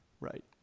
Right